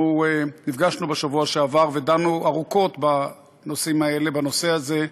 אנחנו נפגשנו בשבוע שעבר ודנו ארוכות בנושא הזה,